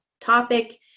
topic